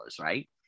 right